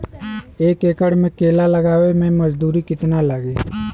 एक एकड़ में केला लगावे में मजदूरी कितना लागी?